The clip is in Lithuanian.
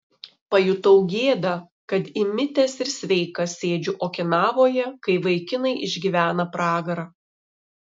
pajutau gėdą kad įmitęs ir sveikas sėdžiu okinavoje kai vaikinai išgyvena pragarą